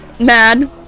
mad